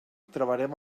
trobarem